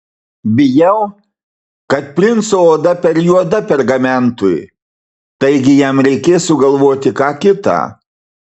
bijau kad princo oda per juoda pergamentui taigi jam reikės sugalvoti ką kita